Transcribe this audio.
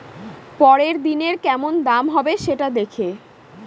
পরের দিনের কেমন দাম হবে, সেটা দেখে